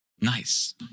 Nice